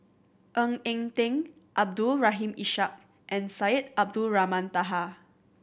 Ng Eng Teng Abdul Rahim Ishak and Syed Abdulrahman Taha